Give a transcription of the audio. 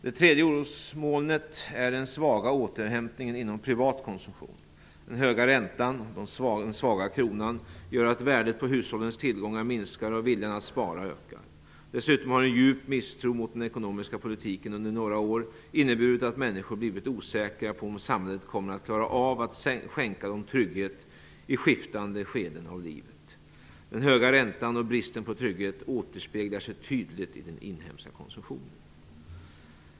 Det tredje orosmolnet är den svaga återhämtningen inom privat konsumtion. Den höga räntan och den svaga kronan gör att värdet på hushållens tillgångar minskar och viljan att spara ökar. Dessutom har en djup misstro mot den ekonomiska politiken under några år inneburit att människor blivit osäkra på om samhället kommer att klara av att skänka dem trygghet i skiftande skeden av livet. Den höga räntan och bristen på trygghet återspeglar sig tydligt i den inhemska konsumtionen.